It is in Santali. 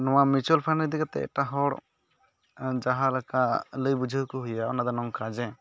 ᱱᱚᱣᱟ ᱢᱤᱭᱩᱪᱩᱣᱟᱞ ᱯᱷᱟᱱᱰ ᱤᱫᱤ ᱠᱟᱛᱮ ᱮᱴᱟᱜ ᱦᱚᱲ ᱡᱟᱦᱟᱞᱮᱠᱟ ᱞᱟᱹᱭ ᱵᱩᱡᱷᱟᱹᱣ ᱠᱚ ᱦᱩᱭᱩᱜᱼᱟ ᱚᱱᱟ ᱫᱚ ᱱᱚᱝᱠᱟ ᱡᱮ